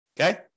Okay